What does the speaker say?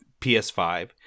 PS5